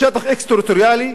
שטח אקסטריטוריאלי,